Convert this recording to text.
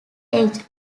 edge